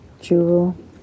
jewel